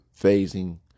phasing